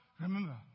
remember